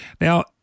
Now